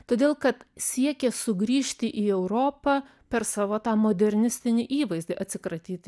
todėl kad siekė sugrįžti į europą per savo tą modernistinį įvaizdį atsikratyti